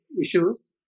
issues